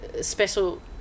special